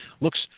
looks